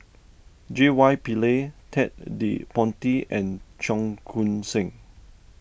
J Y Pillay Ted De Ponti and Cheong Koon Seng